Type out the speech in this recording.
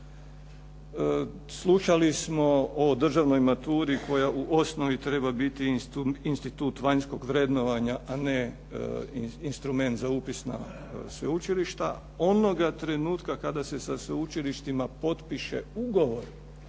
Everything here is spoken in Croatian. Slušali smo o državnoj maturi koja u osnovi treba biti institut vanjskog vrednovanja, a ne instrument za upisna sveučilišta. Onoga trenutka kada se sa sveučilištima potpiše ugovor,